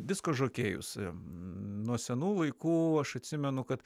disko žokėjus nuo senų laikų aš atsimenu kad